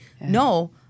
no